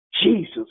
Jesus